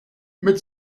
mit